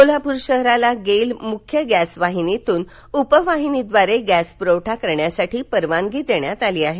कोल्हापुर शहराला गेलच्या मुख्य गॅस वाहिनीतुन उपवाहिनीद्वारे गॅस पुरवठा करण्यासाठी परवानगी देण्यात आली आहे